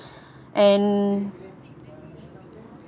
and